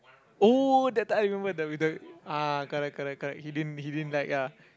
oh that time I remember they with the ah correct correct correct he didn't he didn't like ya